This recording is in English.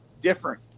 different